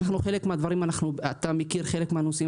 אתה מכיר חלק מהנושאים,